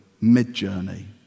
mid-journey